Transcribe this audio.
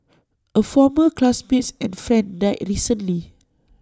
A former classmates and friend died recently